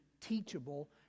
teachable